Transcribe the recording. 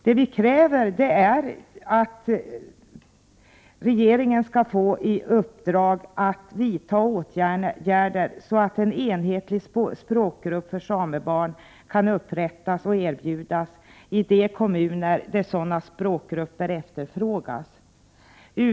Vad som krävs är ju att regeringen vidtar åtgärder, så att en enhetlig språkgrupp för samebarn kan erbjudas i de kommuner där sådana språkgrupper efterfrågas.